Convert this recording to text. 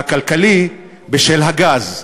והכלכלי, בשל הגז.